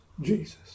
Jesus